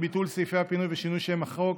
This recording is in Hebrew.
ביטול סעיפי הפינוי ושינוי שם החוק),